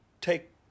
take